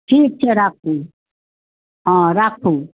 ठीक छै राखू हँ राखू